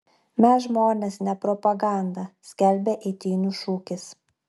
mes žmonės ne propaganda skelbia eitynių šūkis